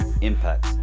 impact